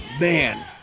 man